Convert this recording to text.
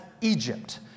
Egypt